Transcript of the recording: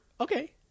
okay